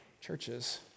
churches